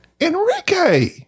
Enrique